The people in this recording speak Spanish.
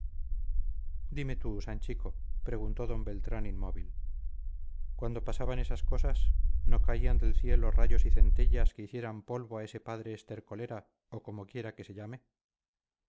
dime tú sanchico preguntó d beltrán inmóvil cuando pasaban esas cosas no caían del cielo rayos y centellas que hicieran polvo a ese padre estercolera o como quiera que se llame